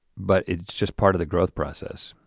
but it's just part of the growth process,